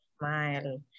smile